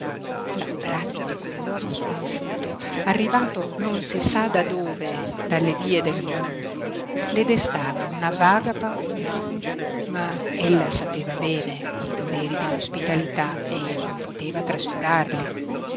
l'abbraccio di quell'uomo sconosciuto arrivato non si sa da dove dalle vie del mondo le destava una vaga paura ma ella sapeva bene i doveri dell'ospitalità e non poteva trascurarli